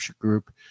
group